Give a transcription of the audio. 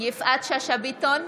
יפעת שאשא ביטון,